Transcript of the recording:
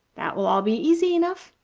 that will all be easy enough.